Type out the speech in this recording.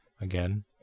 again